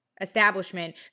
establishment